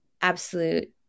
absolute